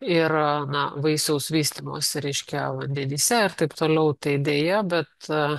ir vaisiaus vystymosi reiškia vandenyse ir taip toliau tai deja bet